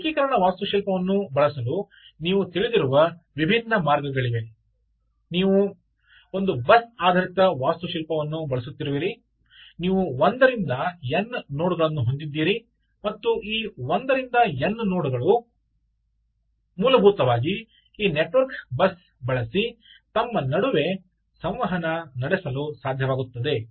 ಈ ಏಕೀಕರಣ ವಾಸ್ತುಶಿಲ್ಪವನ್ನು ಬಳಸಲು ನೀವು ತಿಳಿದಿರುವ ವಿಭಿನ್ನ ಮಾರ್ಗಗಳಿವೆ ಒಂದು ನೀವು ಬಸ್ ಆಧಾರಿತ ವಾಸ್ತುಶಿಲ್ಪವನ್ನು ಬಳಸುತ್ತಿರುವಿರಿ ನೀವು 1 ರಿಂದ n ನೋಡ್ಗಳನ್ನು ಹೊಂದಿದ್ದೀರಿ ಮತ್ತು ಈ 1 ರಿಂದ n ನೋಡ್ಗಳು ಮೂಲಭೂತವಾಗಿ ಈ ನೆಟ್ವರ್ಕ್ ಬಸ್ ಬಳಸಿ ತಮ್ಮ ನಡುವೆ ಸಂವಹನ ನಡೆಸಲು ಸಾಧ್ಯವಾಗುತ್ತದೆ